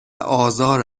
آزار